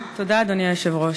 תודה, אדוני היושב-ראש.